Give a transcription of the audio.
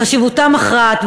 חשיבותה מכרעת.